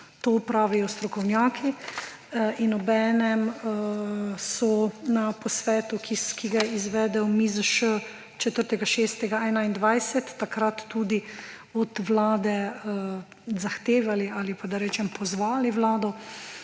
To pravijo strokovnjaki. In obenem so na posvetu, ki ga je izvedel MIZŠ 4. 6. 2021, takrat tudi od Vlade zahtevali ali, da rečem, pozvali Vlado: